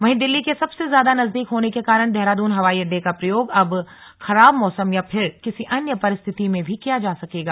वहीं दिल्ली के सबसे ज्यादा नजदीक होने के कारण देहरादून हवाई अड्डे का प्रयोग अब खराब मौसम या फिर किसी अन्य परिस्थति मे भी किया जा सकेगा